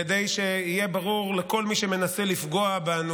כדי שיהיה ברור לכל מי שמנסה לפגוע בנו